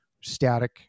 static